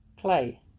clay